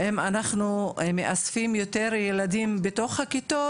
האם אנחנו מעצבים יותר ילדים בתוך הכיתות